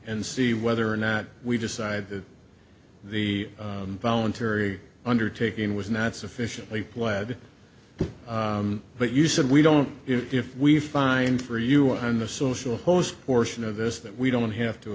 and see whether or not we decide that the voluntary undertaking was not sufficiently lad but you said we don't if we find for you on the social host portion of this that we don't have to